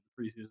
preseason